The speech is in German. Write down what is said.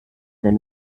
wenn